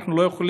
אנחנו לא יכולים